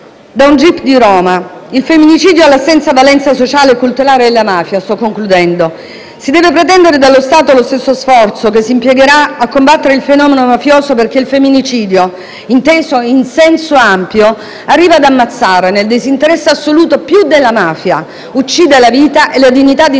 Paola Di Nicola: "Il femminicidio ha la stessa valenza sociale e culturale della mafia. Si deve pretendere dallo Stato lo stesso sforzo che si impiegherà a combattere il fenomeno mafioso perché il femminicidio, inteso in senso ampio, arriva ad ammazzare, nel disinteresse assoluto, più della mafia, uccide la vita e la dignità di intere